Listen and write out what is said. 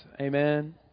Amen